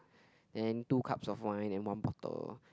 then two cups of wine and one bottle